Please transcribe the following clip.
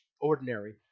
ordinary